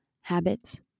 habits